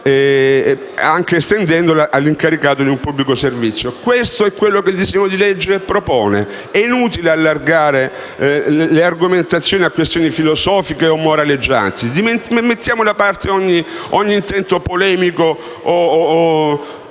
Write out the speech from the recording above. anche estendendola all'incaricato di un pubblico servizio? Questo è quello che il disegno di legge propone; è inutile allargare le argomentazioni a questioni filosofiche o moraleggianti. Mettiamo da parte ogni intento polemico o